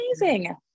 amazing